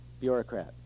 bureaucrat